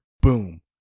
boom